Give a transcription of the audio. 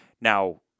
Now